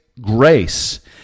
grace